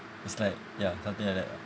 it's like ya something like that ah